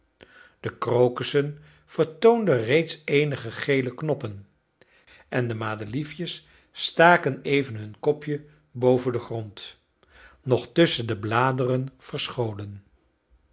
de krokussen vertoonden reeds eenige gele knoppen en de madeliefjes staken even hun kopje boven den grond nog tusschen de bladeren verscholen